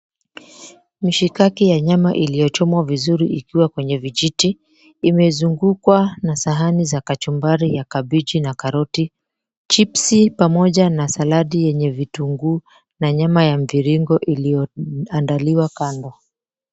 Mishikaki ya nyama iliyochomwa vizuri ikiwa kwenye vijiti. Imezungukwa na sahani za kachumbari ya kabichi na karoti. Chipsi pamoja na saladi yenye vitunguu na nyama ya mviringo iliyoandaliwa kando.